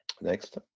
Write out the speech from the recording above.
Next